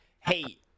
hey